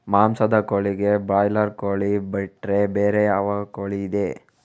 ಮಾಂಸದ ಕೋಳಿಗೆ ಬ್ರಾಲರ್ ಕೋಳಿ ಬಿಟ್ರೆ ಬೇರೆ ಯಾವ ಕೋಳಿಯಿದೆ?